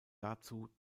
dazu